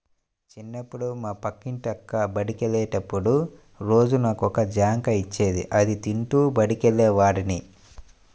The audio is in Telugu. చిన్నప్పుడు మా పక్కింటి అక్క బడికెళ్ళేటప్పుడు రోజూ నాకు ఒక జాంకాయ ఇచ్చేది, అది తింటూ బడికెళ్ళేవాడ్ని